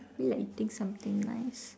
feel like eating something nice